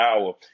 hour